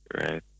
right